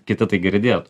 kiti tai girdėtų